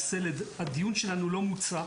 הדיון שלנו לא מוצה,